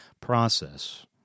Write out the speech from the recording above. process